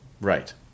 Right